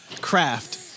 craft